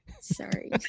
Sorry